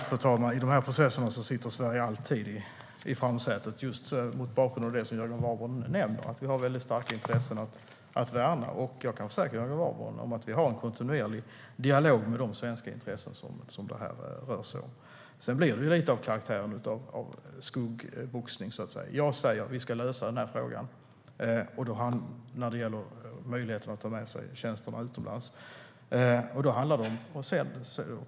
Fru talman! I de här processerna sitter Sverige alltid i framsätet, just mot bakgrund av det Jörgen Warborn nämner: att vi har väldigt starka intressen att värna. Jag kan försäkra Jörgen Warborn om att vi för en kontinuerlig dialog med de svenska intressenter som det rör sig om. Sedan får detta lite karaktären av skuggboxning, så att säga. Jag säger att vi ska lösa frågan om möjligheten att ta med sig tjänsterna utomlands.